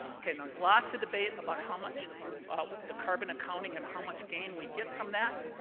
ok, now there's lots of debate about how much the carbon accounting and how much gain we get from that.